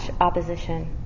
opposition